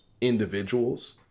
individuals